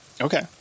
Okay